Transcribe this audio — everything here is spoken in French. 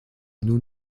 nous